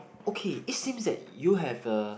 okay it seems that you have a